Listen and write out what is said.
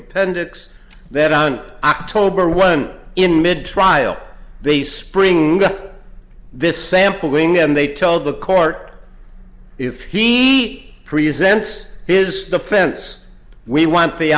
appendix that on october one in mid trial they spring up this sampling and they told the court if he presents his the fence we want the